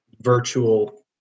virtual